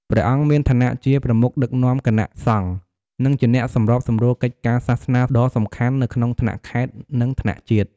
ព្រះអង្គមានឋានៈជា ប្រមុខដឹកនាំគណៈសង្ឃ និងជាអ្នកសម្របសម្រួលកិច្ចការសាសនាដ៏សំខាន់ នៅថ្នាក់ខេត្ត និងថ្នាក់ជាតិ។